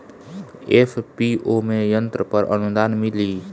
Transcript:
FPO में यंत्र पर आनुदान मिँली?